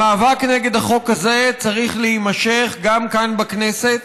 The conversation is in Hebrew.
המאבק נגד החוק הזה צריך להימשך גם כאן בכנסת